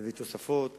להביא תוספות